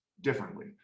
differently